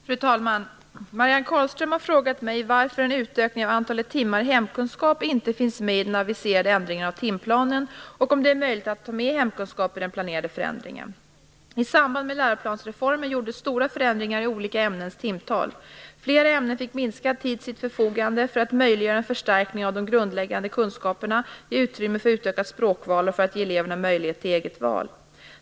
Fru talman! Marianne Carlström har frågat mig varför en utökning av antalet timmar i hemkunskap inte finns med i den aviserade ändringen av timplanen och om det är möjligt att ta med hemkunskap i den planerade förändringen. I samband med läroplansreformen gjordes förändringar i olika ämnens timtal. Flera ämnen fick minskad tid till sitt förfogande för att möjliggöra en förstärkning av de grundläggande kunskaperna, för att ge utrymme för ett utökat språkval och för att ge eleverna möjligheter till eget val.